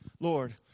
Lord